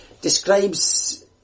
describes